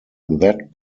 that